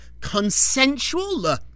consensual